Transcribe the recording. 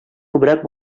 күбрәк